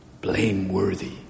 blameworthy